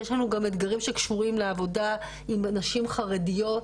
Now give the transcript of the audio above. יש לנו גם אתגרים שקשורים לעבודה עם נשים חרדיות,